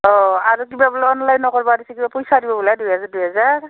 অঁ আৰু কিবা বোলে অনলাইন কৰিব দিছে আৰু কিবা পইচা দিব বোলে দুহেজাৰ দুহেজাৰ